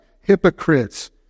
hypocrites